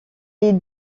est